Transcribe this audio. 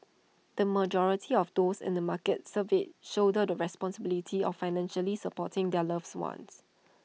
the majority of those in the markets surveyed shoulder the responsibility of financially supporting their loves ones